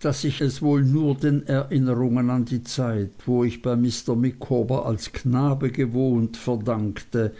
daß ich es wohl nur den erinnerungen an die zeit wo ich bei mr micawber als knabe gewohnt verdankte